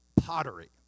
Pottery